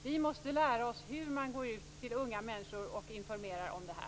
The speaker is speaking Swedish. Vi måste lära oss hur man går ut till unga människor och informerar om detta.